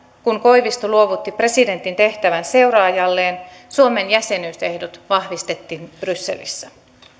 kun koivisto luovutti presidentin tehtävän seuraajalleen suomen jäsenyysehdot vahvistettiin brysselissä